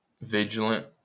vigilant